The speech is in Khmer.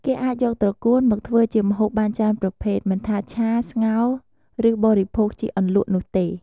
គេអាចយកត្រកួនមកធ្វើជាម្ហូបបានច្រើនប្រភេទ មិនថាឆា ស្ងោរ ឬបរិភោគជាអន្លក់នោះទេ។